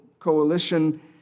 Coalition